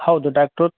ಹೌದು ಡಾಕ್ಟ್ರು